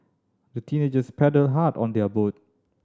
the teenagers paddled hard on their boat